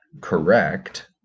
correct